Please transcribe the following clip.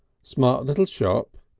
smart little shop,